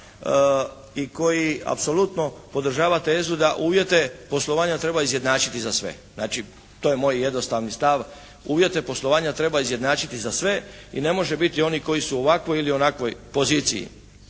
i koji apsolutno podržava tezu da uvjete poslovanja treba izjednačiti za sve. Znači to je moj jednostavni stav. Uvjete poslovanja treba izjednačiti za sve i ne može biti oni koji su u ovakvoj ili onakvoj poziciji.